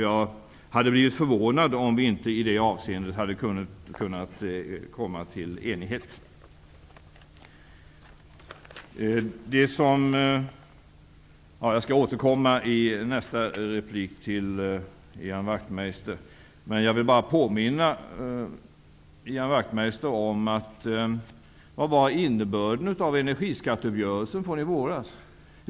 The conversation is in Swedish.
Jag hade blivit förvånad om vi inte hade kunnat komma till enighet i det avseendet. Jag skall återkomma till Ian Wachtmeister i nästa replik. Jag vill bara påminna Ian Wachtmeister om innebörden av energiskatteuppgörelsen från i våras.